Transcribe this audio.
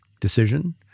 decision